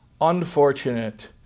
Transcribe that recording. Unfortunate